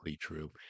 true